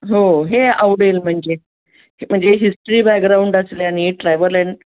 हो हे आवडेल म्हणजे म्हणजे हिस्ट्री बॅकग्राऊंड असल्याने ट्रॅव्हल एन